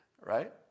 right